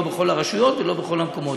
לא בכל הרשויות ולא בכל המקומות.